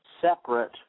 separate